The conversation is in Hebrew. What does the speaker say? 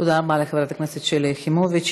תודה רבה לחברת הכנסת שלי יחימוביץ.